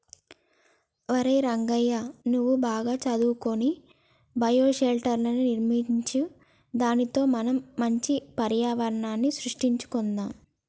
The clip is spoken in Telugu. ఒరై రంగయ్య నువ్వు బాగా సదువుకొని బయోషెల్టర్ర్ని నిర్మించు దానితో మనం మంచి పర్యావరణం సృష్టించుకొందాం